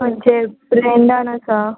खंयचे ब्रँडान आसा